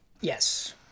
Yes